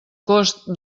cost